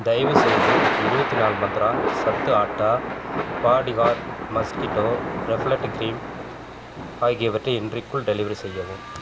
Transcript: தயவுசெய்து இருபத்திநாலு மந்த்ரா சத்து atta bodyguard mosquito repellent cream ஆகியவற்றை இன்றைக்குள் டெலிவெரி செய்யவும்